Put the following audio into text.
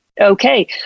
okay